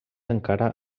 encara